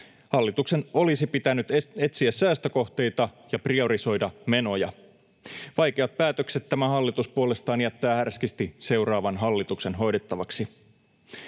Hallituksen olisi pitänyt etsiä säästökohteita ja priorisoida menoja. Vaikeat päätökset tämä hallitus puolestaan jättää härskisti seuraavan hallituksen hoidettavaksi.